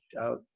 out